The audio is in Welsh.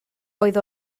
oedd